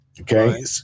Okay